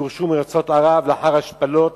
שגורשו מארצות ערב לאחר השפלות,